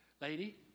Lady